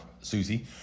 Susie